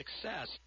success